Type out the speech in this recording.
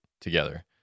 together